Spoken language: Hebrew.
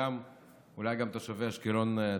ואולי גם תושבי אשקלון צופים.